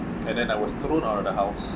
and then I was thrown out of the house